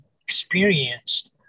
experienced